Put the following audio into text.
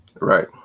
Right